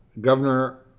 Governor